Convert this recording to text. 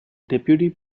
deputy